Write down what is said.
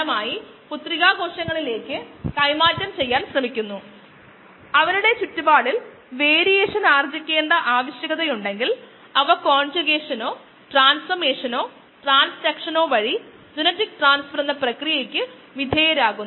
മുമ്പത്തെ പ്രഭാഷണത്തിലോ മുമ്പത്തെ മൊഡ്യൂളിലോ യിൽഡ് കോഫിഫിഷ്യന്റ് എന്ന് നമ്മൾ നിർവചിച്ചത് കോശങ്ങളുടെ സാന്ദ്രതയെയും സബ്സ്ട്രേറ്റ് സാന്ദ്രതയെയും ബന്ധപ്പെടുത്തുന്നു